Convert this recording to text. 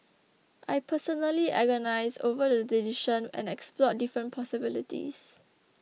I personally agonised over the decision and explored different possibilities